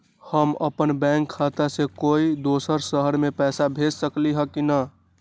हम अपन बैंक खाता से कोई दोसर शहर में पैसा भेज सकली ह की न?